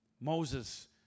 Moses